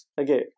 okay